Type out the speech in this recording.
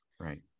Right